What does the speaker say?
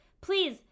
please